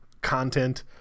content